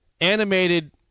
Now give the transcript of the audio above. animated